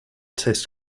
test